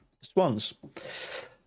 Swans